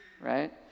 right